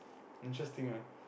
interesting lah